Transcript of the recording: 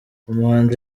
umuhanzi